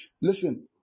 listen